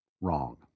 wrong